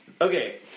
Okay